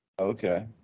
Okay